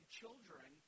children